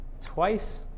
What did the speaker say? twice